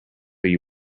you